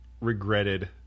regretted